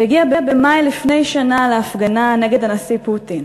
שהגיע במאי לפני שנה להפגנה נגד הנשיא פוטין,